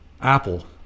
Apple